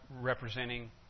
representing